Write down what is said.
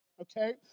Okay